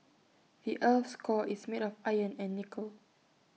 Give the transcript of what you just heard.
the Earth's core is made of iron and nickel